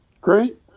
Great